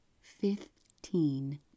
fifteen